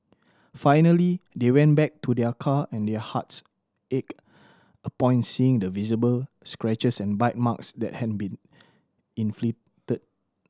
finally they went back to their car and their hearts ached upon seeing the visible scratches and bite marks that had been inflicted